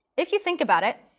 if you think about it,